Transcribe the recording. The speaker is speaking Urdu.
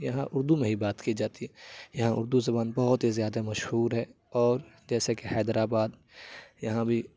یہاں اردو میں ہی بات کی جاتی ہے یہاں اردو زبان بہت ہی زیادہ مشہور ہے اور جیسا کہ حیدرآباد یہاں بھی